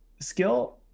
skill